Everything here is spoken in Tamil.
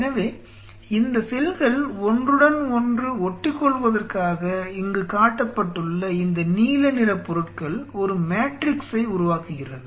எனவே இந்த செல்கள் ஒன்றுடன் ஒன்று ஒட்டிக்கொள்வதற்காக இங்கு காட்டப்பட்டுள்ள இந்த நீல நிறப் பொருட்கள் ஒரு மேட்ரிக்ஸை உருவாக்குகிறது